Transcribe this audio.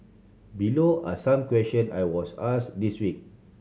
below are some question I was asked this week